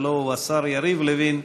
הלוא הוא השר יריב לוין.